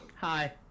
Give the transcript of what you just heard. Hi